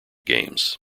games